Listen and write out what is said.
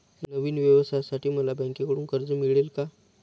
नवीन व्यवसायासाठी मला बँकेकडून कर्ज मिळेल का?